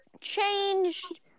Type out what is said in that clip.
changed